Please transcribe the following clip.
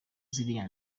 ziriya